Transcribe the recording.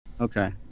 Okay